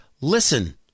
listen